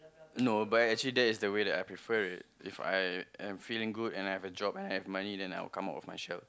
no but actually that is the way I prefer If I am feeling good and I have a job and money then I will come out with my shop